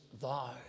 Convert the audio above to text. thou